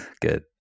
Good